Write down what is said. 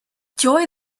joy